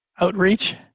outreach